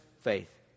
faith